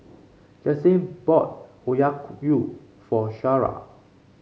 Jaclyn bought for Shara